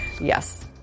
yes